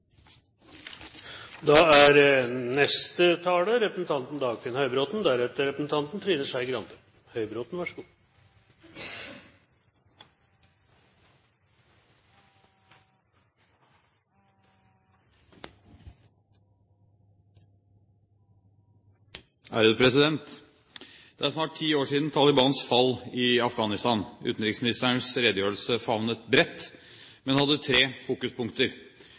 er snart ti år siden Talibans fall i Afghanistan. Utenriksministerens redegjørelse favnet bredt, men hadde tre fokuspunkter. Hans beskrivelse av bakgrunnen for engasjementet var enklest, beskrivelsen av status i